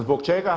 Zbog čega?